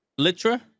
Litra